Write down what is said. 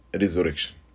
resurrection